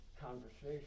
conversation